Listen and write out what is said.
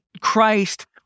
Christ